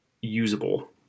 usable